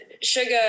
sugar